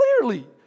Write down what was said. clearly